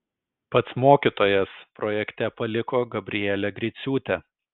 pats mokytojas projekte paliko gabrielę griciūtę